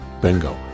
Bingo